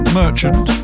merchant